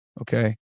Okay